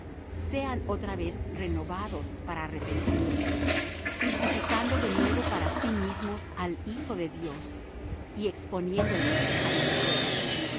sean otra vez renovados para arrepentimiento crucificando de nuevo para sí mismos al hijo de dios y exponiéndole